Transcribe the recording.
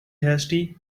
hasty